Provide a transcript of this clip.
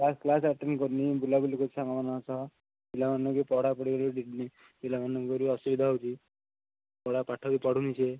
କାହା class attend କରୁନି ବୁଲାବୁଲି କରୁଛି ସାଙ୍ଗମାନଙ୍କ ସହ ପିଲାମାନଙ୍କୁ ବି ପଢ଼ାପଢ଼ିରେ ପିଲାମାନଙ୍କର ବି ଅସୁବିଧା ହେଉଛି ପଢ଼ା ପାଠ ବି ପଢ଼ୁନି ସିଏ